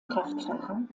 kraftfahrer